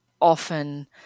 often